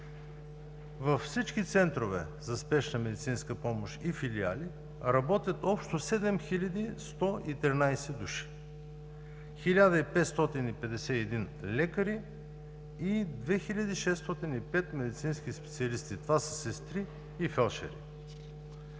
Във всички центрове за спешна медицинска помощ и филиали работят общо 7113 души – 1551 лекари и 2605 медицински специалисти, това са сестри и фелдшери.